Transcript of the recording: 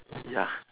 ya